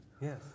Yes